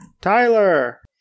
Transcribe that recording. Tyler